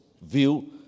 view